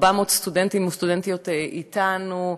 כ-400 סטודנטים וסטודנטיות אתנו,